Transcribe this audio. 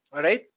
alright?